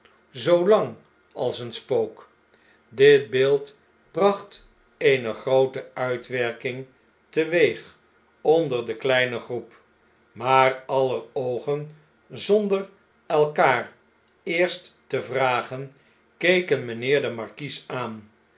als een spook dit beeld bracht eene groote uitwerking teweeg onder de kleine groep maar aller oogen zonder elkaar eerst te vragen keken mijnheer den markies aan